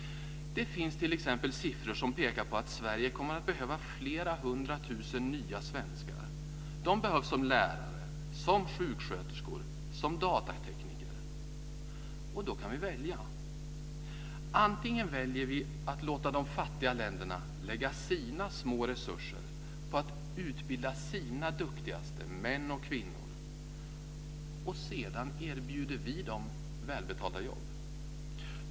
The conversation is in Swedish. Det finns t.ex. siffror som pekar på att Sverige kommer att behöva flera hundra tusen nya svenskar. De behövs som lärare, som sjuksköterskor och som datatekniker. Då kan vi välja. Antingen väljer vi att låta de fattiga länderna lägga sina små resurser på att utbilda sina duktigaste män och kvinnor, och sedan erbjuder vi dem välbetalda jobb.